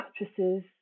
mattresses